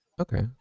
Okay